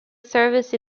service